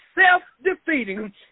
self-defeating